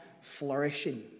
flourishing